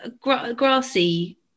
grassy